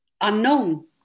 unknown